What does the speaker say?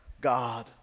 God